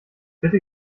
bitte